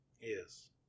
Yes